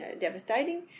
devastating